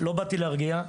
לא באתי להרגיע.